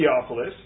Theophilus